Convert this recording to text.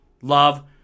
Love